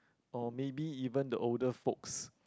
or maybe even the older folks